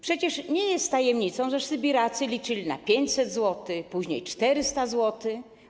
Przecież nie jest tajemnicą, że sybiracy liczyli na 500 zł, później 400 zł.